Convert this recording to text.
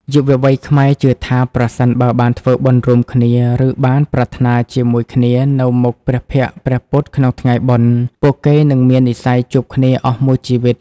យុវវ័យខ្មែរជឿថា ប្រសិនបើបានធ្វើបុណ្យរួមគ្នា ឬបានប្រាថ្នាជាមួយគ្នានៅមុខព្រះភក្ត្រព្រះពុទ្ធក្នុងថ្ងៃបុណ្យ ពួកគេនឹងមាននិស្ស័យជួបគ្នាអស់មួយជីវិត។